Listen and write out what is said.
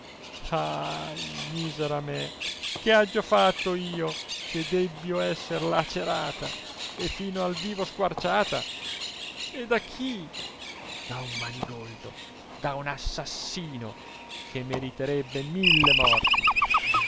ahi misera me che aggio fatto io che debbio essere lacerata e fino al vivo squarciata e da chi da un manigoldo da un assassino che meriterebbe mille morti